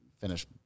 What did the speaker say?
finish